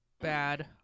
bad